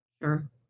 Sure